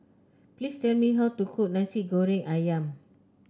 please tell me how to cook Nasi Goreng ayam